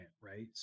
right